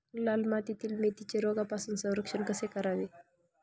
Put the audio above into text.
लाल मातीतील मेथीचे रोगापासून संरक्षण कसे करावे?